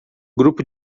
grupo